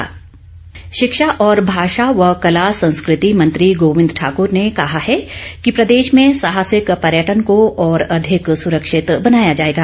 गोविंद ठाकुर शिक्षा और भाषा व कला संस्कृति मंत्री गोविंद ठाकूर ने कहा है कि प्रदेश में साहसिक पर्यटन को और अधिक सुरक्षित बनाया जाएगा